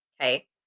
okay